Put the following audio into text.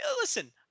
listen